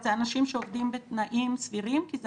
זה אנשים שעובדים בתנאים סבירים כי זה